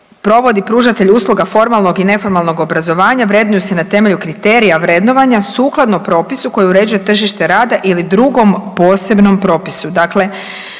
provodi pružatelj usluga formalnog i neformalnog obrazovanja vrednuju se na temelju kriterija vrednovanja sukladno propisu koji uređuje tržište rada ili drugom posebnom propisu.